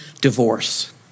divorce